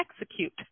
execute